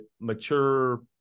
mature